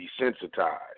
desensitized